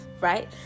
right